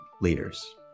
leaders